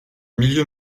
milieu